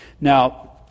Now